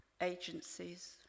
agencies